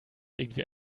irgendwie